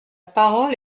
parole